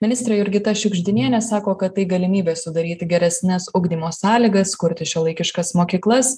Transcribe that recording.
ministrė jurgita šiugždinienė sako kad tai galimybė sudaryti geresnes ugdymo sąlygas kurti šiuolaikiškas mokyklas